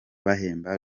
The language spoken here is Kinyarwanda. bahemba